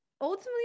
ultimately